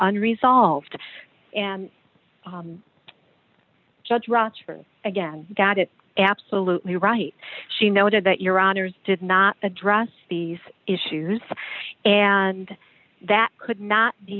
under resolved and judge rochford again got it absolutely right she noted that your honour's did not address these issues and that could not be